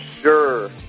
sure